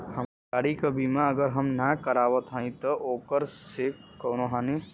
हमरे गाड़ी क बीमा अगर हम ना करावत हई त ओकर से कवनों हानि?